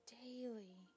daily